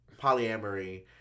polyamory